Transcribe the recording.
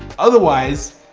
otherwise,